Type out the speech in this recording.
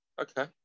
Okay